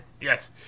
Yes